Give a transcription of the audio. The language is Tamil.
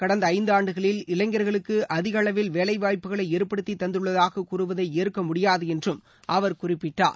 கடந்த ஐந்தாண்டுகளில் இளைஞர்களுக்கு அதிகளவில் வேலை வாய்ப்புகளை ஏற்படுத்தித் தந்துள்ளதாக கூறுவதை ஏற்கமுடியாது என்றும் அவர் குறிப்பிட்டார்